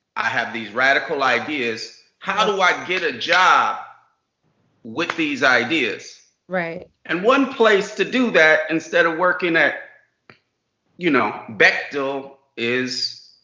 i have these radical ideas. how do i get a job with these ideas? and one place to do that instead of working at you know bechdel is